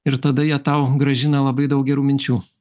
ir tada jie tau grąžina labai daug gerų minčių